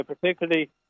particularly